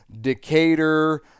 Decatur